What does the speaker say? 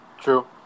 True